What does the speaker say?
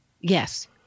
yes